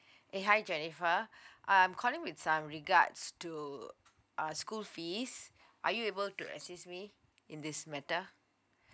eh hi jennifer I'm calling with some regards to uh school fees are you able to assist me in this matter